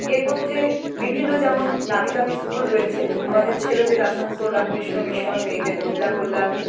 এর মধ্যে বিভিন্ন যেমন নামিদামি স্কুল রয়েছে আমাদের ছেলেদের আসানসোল রামকৃষ্ণ মিশন মেয়েদের মহিলা কল্যাণ